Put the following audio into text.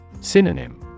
Synonym